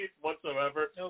whatsoever